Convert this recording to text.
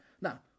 Now